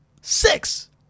Six